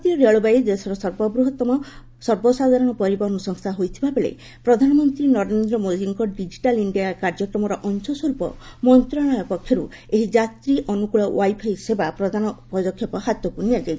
ଭାରତୀୟ ରେଳବାଇ ଦେଶର ସର୍ବବୃହତ ସର୍ବସାଧାରଣ ପରିବହନ ସଂସ୍ଥା ହୋଇଥିବା ବେଳେ ପ୍ରଧାନମନ୍ତ୍ରୀ ନରେନ୍ଦ୍ର ମୋଦିଙ୍କ ଡିଜିଟାଲ ଇଣ୍ଡିଆ କାର୍ଯ୍ୟକ୍ରମର ଅଂଶସ୍ୱରୂପ ମନ୍ତ୍ରଣାଳୟ ପକ୍ଷରୁ ଏହି ଯାତ୍ରୀ ଅନୁକୂଳ ୱାଇଫାଇ ସେବା ପ୍ରଦାନ ପଦକ୍ଷେପ ହାତକୁ ନିଆଯାଇଛି